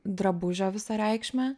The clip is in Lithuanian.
drabužio visą reikšmę